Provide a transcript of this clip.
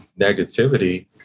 negativity